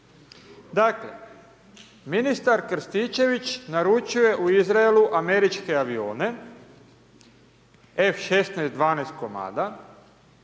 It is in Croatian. Dakle ministar Krstičević naručuje u Izraelu američke avione F-16, 12 komada,